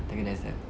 tiger dah accept